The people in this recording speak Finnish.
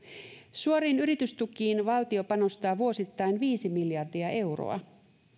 suoriin yritystukiin valtio panostaa vuosittain viisi miljardia euroa